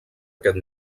aquest